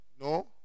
No